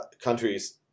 countries